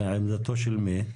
אלא עמדתו של מי?